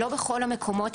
לא בכל המקומות,